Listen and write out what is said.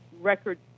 record